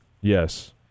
Yes